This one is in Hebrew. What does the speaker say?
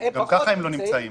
גם ככה הם לא נמצאים.